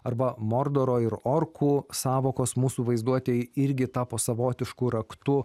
arba mordoro ir orkų sąvokos mūsų vaizduotėj irgi tapo savotišku raktu